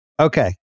Okay